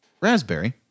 raspberry